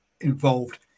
involved